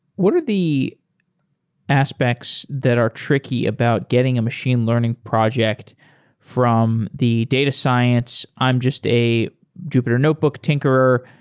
what are the aspects that are tricky about getting a machine learning project from the data science, i'm just a jupyter notebook tinkerer,